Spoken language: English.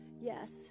Yes